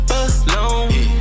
alone